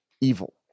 evil